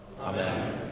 Amen